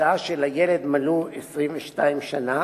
שעה שלילד מלאו 22 שנה